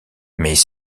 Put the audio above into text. mais